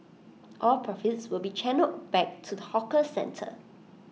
all profits will be channelled back to the hawker centre